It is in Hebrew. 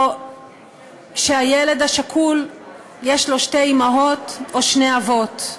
או שהילד ששכלו יש לו שתי אימהות או שני אבות.